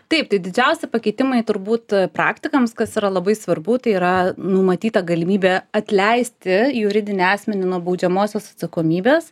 taip tai didžiausi pakeitimai turbūt praktikams kas yra labai svarbu tai yra numatyta galimybė atleisti juridinį asmenį nuo baudžiamosios atsakomybės